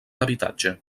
habitatge